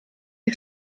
die